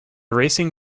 racing